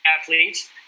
athletes